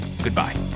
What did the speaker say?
Goodbye